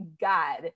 god